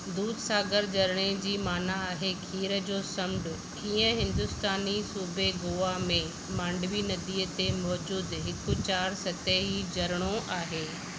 दुधसागर झरिणे जी माना आहे खीर जो समुंडु कीअं हिंदुस्तानी सूबे गोवा में मांडवीय नदीअ ते मौजूदु हिकु चारि सतही झरिणो आहे